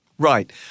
Right